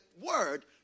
word